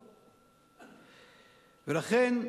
לכן,